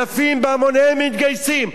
אלפים בהמוניהם מתגייסים?